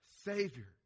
savior